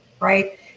right